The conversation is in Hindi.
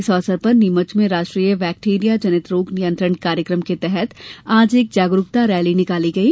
इस अवसर पर नीमच में राष्ट्रीय वेक्टेरिया जनित रोग नियंत्रण कार्यक्रम के तहत आज एक जागरूकता रैली निकाली गई